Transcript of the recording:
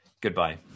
Goodbye